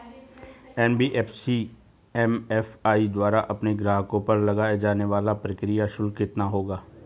NBFC MFI द्वारा अपने ग्राहकों पर लगाए जाने वाला प्रक्रिया शुल्क कितना होता है?